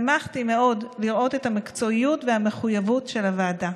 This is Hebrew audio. שמחתי מאוד לראות את המקצועיות והמחויבות של הוועדה.